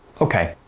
okay,